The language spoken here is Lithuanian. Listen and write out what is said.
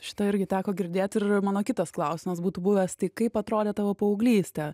šitą irgi teko girdėt ir mano kitas klausimas būtų buvęs tai kaip atrodė tavo paauglystė